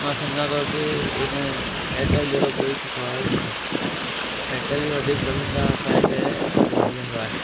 मां सम्झां थो की इन एयरटेल जहिड़ो कोई सुठो आहे ई कोन एयरटेल ई वधीक सभिनि खां असांजे हिते वधीक हलंदो आहे